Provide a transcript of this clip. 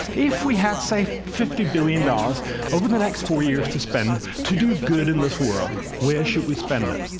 if we had say, fifty billion dollars over the next four years to spend to do good in this world, where should we spend it?